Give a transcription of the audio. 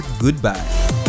goodbye